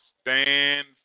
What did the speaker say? Stand